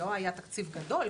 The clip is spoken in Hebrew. אמנם הוא לא היה תקציב גדול,